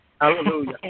Hallelujah